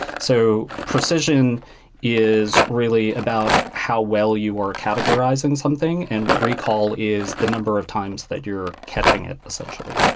so precision is really about how well you were categorizing something, and recall is the number of times that you're catching it essentially.